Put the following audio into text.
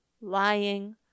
lying